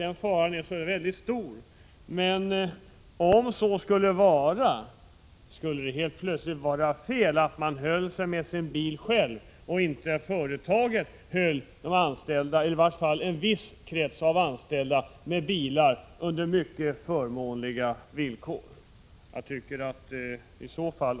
Den faran är nog inte särskilt stor, men om så skulle ske, vore det då plötsligt fel att själv hålla sig med bil i stället för att företaget, i varje fall när det gäller en viss krets av anställda, håller med tjänstebil på mycket förmånliga villkor?